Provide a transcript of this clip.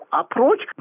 approach